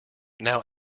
now